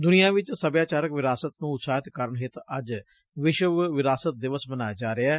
ਦੁਨੀਆਂ ਵਿਚ ਸਭਿਆਚਾਰਕ ਵਿਰਾਸਤ ਨੂੰ ਉਤਸ਼ਾਹਿਤ ਕਰਨ ਹਿੱਤ ਅੱਜ ਵਿਸ਼ਵ ਵਿਰਾਸਤ ਦਿਵਸ ਮਨਾਇਆ ਜਾ ਰਿਹੈ